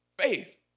faith